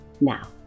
Now